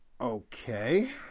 Okay